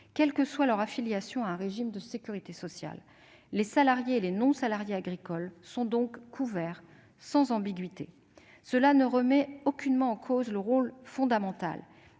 quelle que soit leur affiliation à un régime de sécurité sociale : les salariés et les non-salariés agricoles sont donc couverts, sans ambiguïté. Voilà qui ne remet aucunement en cause le rôle fondamental